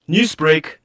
Newsbreak